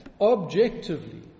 objectively